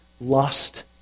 lust